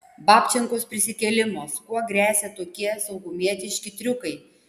babčenkos prisikėlimas kuo gresia tokie saugumietiški triukai